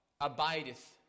abideth